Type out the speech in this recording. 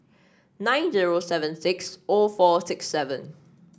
nine zero seven six o four six seven